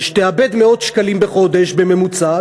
תאבד מאות שקלים בחודש בממוצע,